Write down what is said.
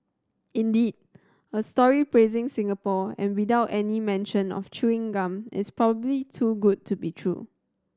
indeed a story praising Singapore and without any mention of chewing gum is probably too good to be true